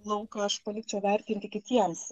lauką aš palikčiau vertinti kitiems